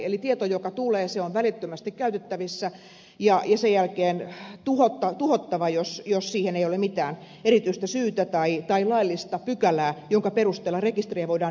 eli tieto joka tulee on välittömästi käytettävissä ja sen jälkeen tuhottava jos siihen ei ole mitään erityistä syytä tai laillista pykälää jonka perusteella rekisteriä voidaan ylläpitää